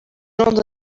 not